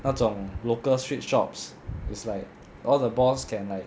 那种 local street shops is like all the boss can like